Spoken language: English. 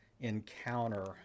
encounter